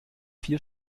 vier